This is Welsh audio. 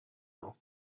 nhw